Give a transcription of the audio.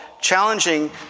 challenging